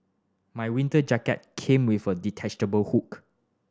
my winter jacket came with a detachable hook